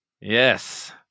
Yes